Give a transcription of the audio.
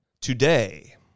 Today